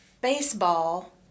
baseball